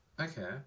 Okay